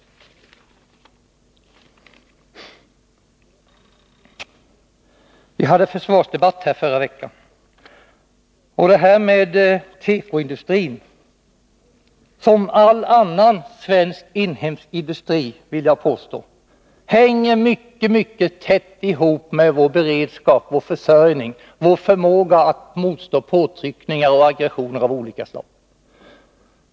Vi hade försvarsdebatt här i förra veckan. Detta med tekoindustrin — som all annan svensk inhemsk industri, vill jag påstå — hänger mycket tätt ihop med vår beredskap, vår försörjning och vår förmåga att motstå påtryckningar och aggressioner av olika slag.